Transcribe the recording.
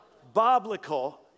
biblical